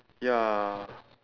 ya